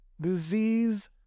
disease